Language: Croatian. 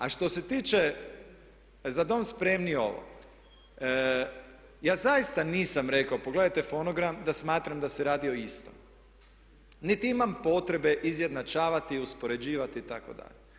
A što se tiče "Za dom spremni" ja zaista nisam rekao, pogledajte fonogram da smatram da se radi o istom, niti imam potrebe izjednačavati i uspoređivati itd.